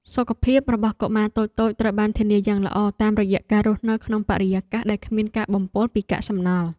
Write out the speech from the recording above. សុខភាពរបស់កុមារតូចៗត្រូវបានធានាយ៉ាងល្អតាមរយៈការរស់នៅក្នុងបរិយាកាសដែលគ្មានការបំពុលពីកាកសំណល់។